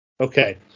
Okay